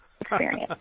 experience